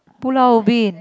Pulau-Ubin